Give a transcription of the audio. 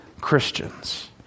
Christians